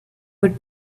would